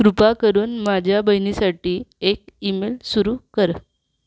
कृपा करून माझ्या बहिणीसाठी एक ईमेल सुरू कर